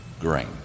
grain